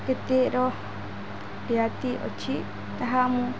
କେତେର ରିହାତି ଅଛି ତାହା ମୁଁ